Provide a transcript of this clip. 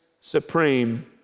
supreme